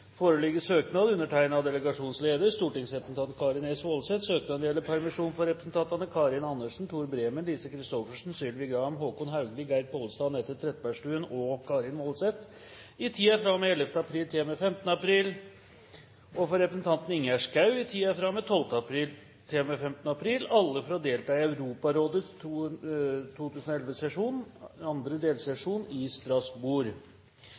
foreligger søknad undertegnet av delegasjonens leder, stortingsrepresentant Karin S. Woldseth. Søknaden gjelder permisjon for representantene Karin Andersen, Tor Bremer, Lise Christoffersen, Sylvi Graham, Håkon Haugli, Geir Pollestad, Anette Trettebergstuen og Karin S. Woldseth i tiden fra og med 11. april til og med 15. april, og for representanten Ingjerd Schou i tiden fra og med 12. april til og med 15. april – alle for å delta i Europarådets 2011-sesjon, andre